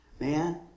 Man